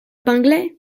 pinglet